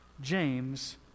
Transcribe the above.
James